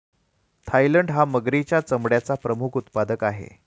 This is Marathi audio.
थायलंड हा मगरीच्या चामड्याचा प्रमुख उत्पादक आहे